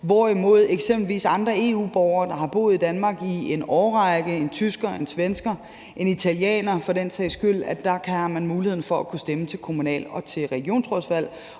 hvorimod eksempelvis andre EU-borgere, der har boet i Danmark i en årrække – en tysker, en svensker, en italiener for den sags skyld – har muligheden for at kunne stemme til kommunal- og regionsrådsvalg